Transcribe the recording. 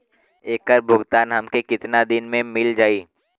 ऐकर भुगतान हमके कितना दिन में मील जाई?